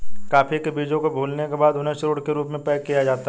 coffee के बीजों को भूलने के बाद उन्हें चूर्ण के रूप में पैक किया जाता है